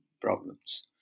problems